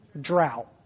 Drought